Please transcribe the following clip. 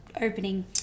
opening